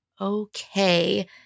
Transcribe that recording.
okay